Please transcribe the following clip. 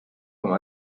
comme